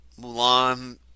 *Mulan*